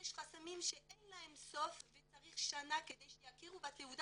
יש חסמים שאין להם סוף וצריך שנה כדי שיכירו בתעודה